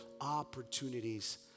opportunities